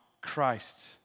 Christ